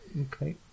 okay